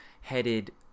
headed